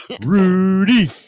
Rudy